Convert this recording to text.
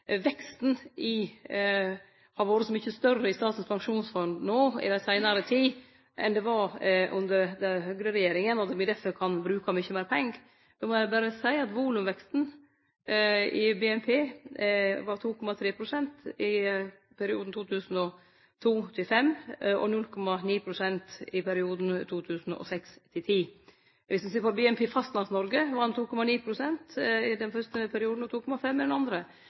veksten har vore så mykje større i Statens pensjonsfond no i den seinare tida enn det var under Høgre-regjeringa, og at me difor kan bruke mykje meir pengar: Eg må berre seie at volumveksten i BNP var 2,3 pst. i perioden 2002–2005 og 0,9 pst. i perioden 2006–2010. Om me ser på BNP Fastlands-Noreg, var han 2,9 pst. i den fyrste perioden, og 2,5 i den andre.